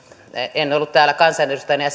en ollut täällä kansanedustajana ja